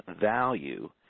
value